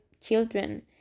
children